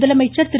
முதலமைச்சர் திரு